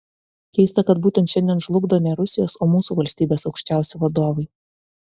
keista kad būtent šiandien žlugdo ne rusijos o mūsų valstybės aukščiausi vadovai